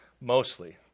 mostly